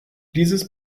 dieses